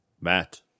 Matt